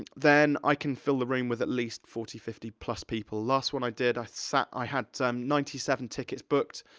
and then i can fill the room with at least forty, fifty plus people. last one i did i sat, i had ninety seven tickets booked,